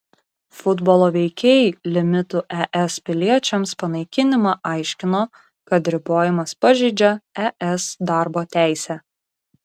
futbolo veikėjai limitų es piliečiams panaikinimą aiškino kad ribojimas pažeidžią es darbo teisę